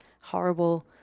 horrible